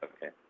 Okay